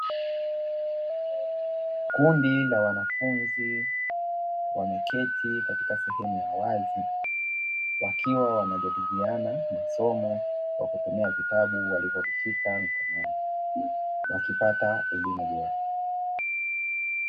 Kundi la wanafunzi wameketi katika sehemu ya wazi wakiwa wanajadiliana masomo kwa kutumia vitabu walivyovishika mkononi wakipata elimu bora.